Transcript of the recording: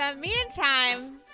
meantime